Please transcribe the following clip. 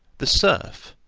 the serf,